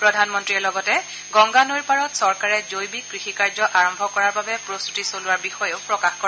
প্ৰধানমন্ৰীয়ে লগতে গংগা নৈৰ পাৰত চৰকাৰে জৈৱিক কৃষিকাৰ্য আৰম্ভ কৰাৰ বাবে প্ৰম্ভতি চলোৱাৰ বিষয়েও প্ৰকাশ কৰে